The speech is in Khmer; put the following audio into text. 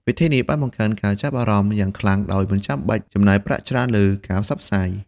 វិធីនេះបានបង្កើនការចាប់អារម្មណ៍យ៉ាងខ្លាំងដោយមិនចាំបាច់ចំណាយប្រាក់ច្រើនលើការផ្សព្វផ្សាយ។